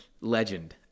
Legend